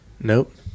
Nope